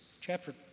chapter